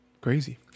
crazy